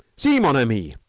see, mon ami,